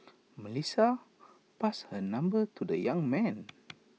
Melissa passed her number to the young man